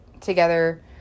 together